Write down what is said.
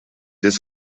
des